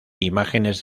imágenes